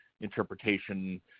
interpretation